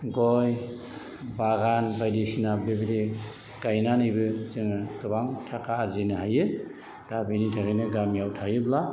गय बागान बायदिसिना बेबायदि गायनानैबो जोङो गोबां थाखा आरजिनो हायो दा बिनि थाखायनो गामियाव थायोब्ला